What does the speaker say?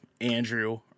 Andrew